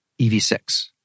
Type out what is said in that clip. EV6